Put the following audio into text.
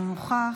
אינו נוכח,